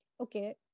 Okay